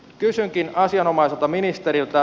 kysynkin asianomaiselta ministeriltä